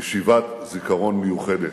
ישיבת זיכרון מיוחדת,